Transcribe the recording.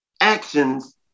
actions